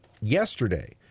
yesterday